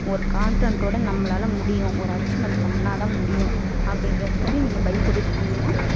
ஒரு கான்ஃபிடென்டோட நம்மளால் முடியும் ஒரு அச்சீவ்மென்ட் பண்ணினா தான் முடியும் அப்படின்ற மாதிரி நீங்கள் பைக் ஓட்டிகிட்டு போனீங்கன்னால்